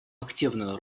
активную